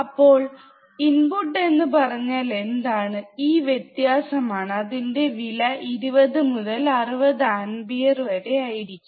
അപ്പോൾ ഇൻപുട്ട് എന്ന് പറഞ്ഞാൽ എന്താണ് ഈ വ്യത്യാസമാണ് അതിന്റെ വില 20 മുതൽ 60 ആമ്പിയർ ആയിരിക്കും